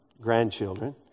grandchildren